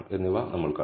എന്നിവ നമ്മൾ കണ്ടു